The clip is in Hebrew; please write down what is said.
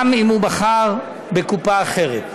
גם אם הוא בחר בקופה אחרת.